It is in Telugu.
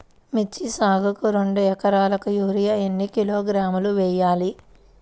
మిర్చి సాగుకు రెండు ఏకరాలకు యూరియా ఏన్ని కిలోగ్రాములు వేయాలి?